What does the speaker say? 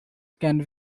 can